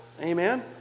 Amen